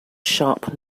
sharp